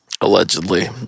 allegedly